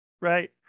Right